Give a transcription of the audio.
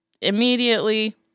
immediately